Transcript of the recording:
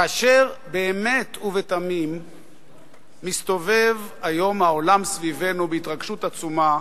כאשר באמת ובתמים מסתובב היום העולם סביבנו בהתרגשות עצומה,